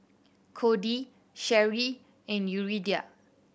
Kody Sherri and Yuridia